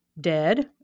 dead